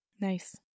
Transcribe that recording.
Nice